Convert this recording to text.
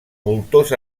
voltors